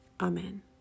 Amen